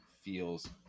feels